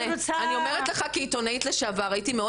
אני אומרת לך כעיתונאית לשעבר: הייתי מאוד